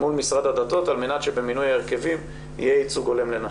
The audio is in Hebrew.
מול משרד הדתות על מנת שבמינוי ההרכבים יהיה ייצוג הולם לנשים.